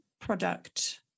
product